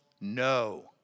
no